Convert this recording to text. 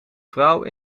vrouw